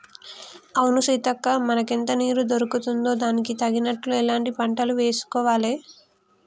అవును సీతక్క మనకెంత నీరు దొరుకుతుందో దానికి తగినట్లు అలాంటి పంటలే వేసుకోవాలి